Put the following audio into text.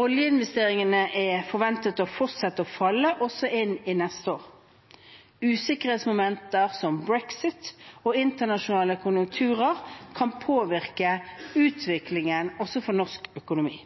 Oljeinvesteringene er forventet å fortsette å falle også inn i neste år. Usikkerhetsmomenter som brexit og internasjonale konjunkturer kan påvirke utviklingen også for norsk økonomi.